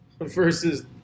versus